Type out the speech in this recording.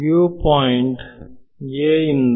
you point a ಇಂದ